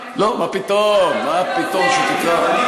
לא, מה פתאום, מה פתאום שתקרא.